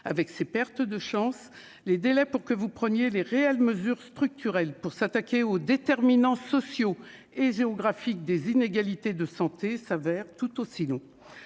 avec ses pertes de chance, les délais pour que vous preniez les réelles mesures structurelles pour s'attaquer aux déterminants sociaux et géographiques des inégalités de santé s'avère tout aussi long,